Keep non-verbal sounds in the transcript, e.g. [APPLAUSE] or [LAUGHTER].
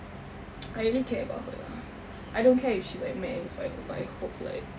[NOISE] I really care about her lah I don't care if she's like mad at me forever but I hope like